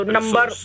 Number